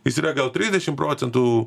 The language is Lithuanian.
jis yra gal trisdešim procentų